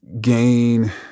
gain